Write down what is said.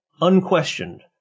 unquestioned